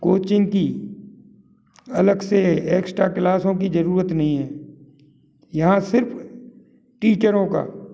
coaching की अलग से एक्स्ट्रा क्लासों की जरूरत नहीं है यहाँ सिर्फ टीचरों का